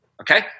Okay